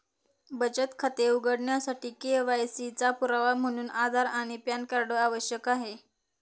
बचत खाते उघडण्यासाठी के.वाय.सी चा पुरावा म्हणून आधार आणि पॅन कार्ड आवश्यक आहे